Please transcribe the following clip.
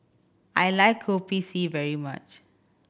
I like Kopi C very much